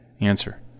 Answer